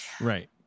Right